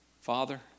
Father